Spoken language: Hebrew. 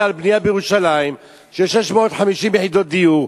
על בנייה בירושלים של 650 יחידות דיור,